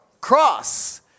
Cross